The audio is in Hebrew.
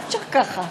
אי-אפשר ככה.